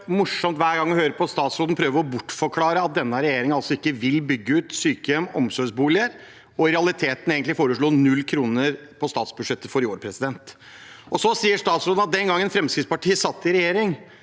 Det er så morsomt hver gang å høre statsråden prøve å bortforklare at denne regjeringen ikke vil bygge ut sykehjem og omsorgsboliger – i realiteten foreslo de egentlig null kroner på statsbudsjettet for i år. Så sier statsråden at den gangen Fremskrittspartiet satt i regjering,